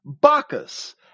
Bacchus